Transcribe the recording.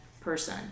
person